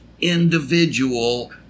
individual